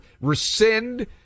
rescind